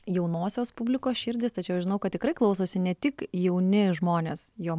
jaunosios publikos širdis tačiau žinau kad tikrai klausosi ne tik jauni žmonės jo